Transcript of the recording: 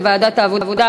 לדיון מוקדם בוועדת העבודה,